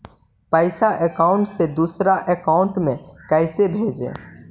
पैसा अकाउंट से दूसरा अकाउंट में कैसे भेजे?